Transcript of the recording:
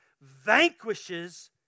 vanquishes